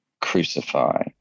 crucify